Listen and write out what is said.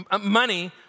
money